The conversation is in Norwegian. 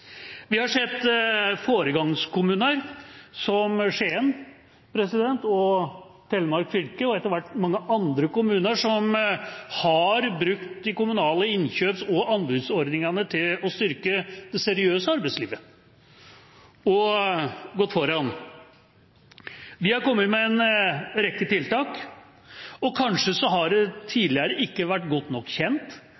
Vi har sett foregangskommuner som Skien – og også Telemark fylke – og etter hvert mange andre kommuner som har brukt de kommunale innkjøps- og anbudsordningene til å styrke det seriøse arbeidslivet og gått foran. De har kommet med en rekke tiltak, og kanskje har det